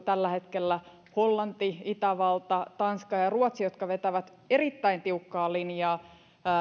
tällä hetkellä hollanti itävalta tanska ja ja ruotsi jotka vetävät erittäin tiukkaa linjaa